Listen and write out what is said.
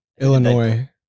Illinois